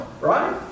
right